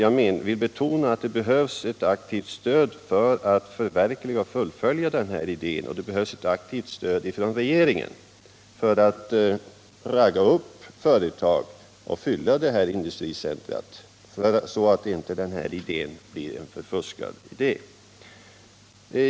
Jag vill betona att det behövs ett aktivt stöd för att förverkliga den här idén, och det behövs ett aktivt stöd från regeringen = Nr 26 för att ragga upp” företag och fylla detta industricentrum så att idén Måndagen den inte blir förfuskad.